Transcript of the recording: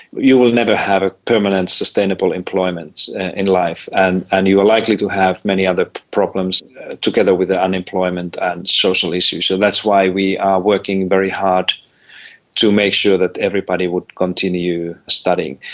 you will never have ah permanent, sustainable employment in life and and you're likely to have many other problems together with ah unemployment and social issues. so that's why we are working very hard to make sure that everybody would continue studying.